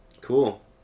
Cool